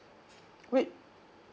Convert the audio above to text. wait